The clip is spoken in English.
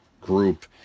group